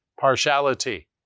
partiality